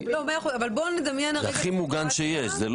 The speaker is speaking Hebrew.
שהטילים יגיעו מצפון והצד הדרומי הוא הכי מוגן שיש.